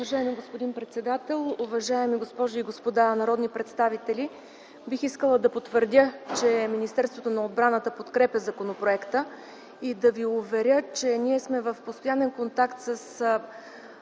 Уважаеми господин председател, уважаеми госпожи и господа народни представители! Бих искала да потвърдя, че Министерството на отбраната подкрепя законопроекта и да Ви уверя, че ние сме в постоянен контакт с